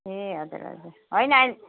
ए हजुर हजुर होइन अहिले